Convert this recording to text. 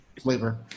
flavor